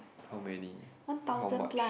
how many how much